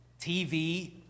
TV